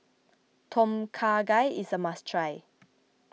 Tom Kha Gai is a must try